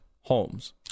Holmes